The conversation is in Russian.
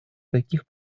таких